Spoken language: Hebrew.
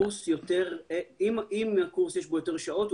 אם בקורס יש יותר שעות,